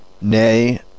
Nay